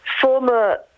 former